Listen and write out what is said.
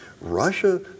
Russia